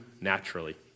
naturally